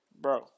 bro